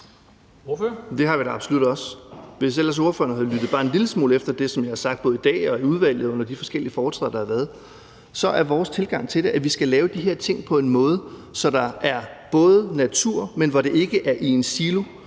Det har vi da absolut også. Hvis ellers ordføreren havde lyttet bare en lille smule efter det, som jeg har sagt både i dag og i udvalget og under de forskellige foretræder, der har været, så er vores tilgang til det, at vi skal lave de her ting på en måde, så der er natur, men hvor det ikke er i en silo.